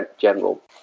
general